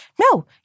no